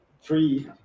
three